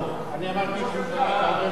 אני אמרתי חוקה, אתה אומר לי חוץ וביטחון.